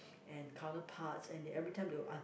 and counterparts and they every time they'll an~